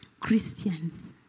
Christians